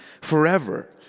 forever